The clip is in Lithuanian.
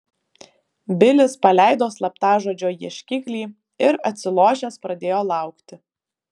bilis paleido slaptažodžio ieškiklį ir atsilošęs pradėjo laukti